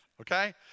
Okay